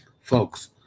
Folks